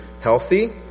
healthy